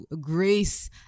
grace